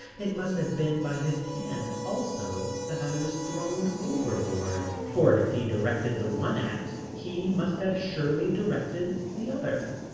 it must have been by his hand also that i was thrown overboard, for if he directed the one act he must have surely directed the other.